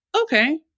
okay